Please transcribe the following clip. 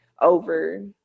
over